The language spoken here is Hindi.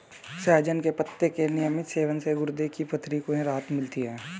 सहजन के पत्ते के नियमित सेवन से गुर्दे की पथरी में राहत मिलती है